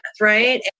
right